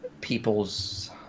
people's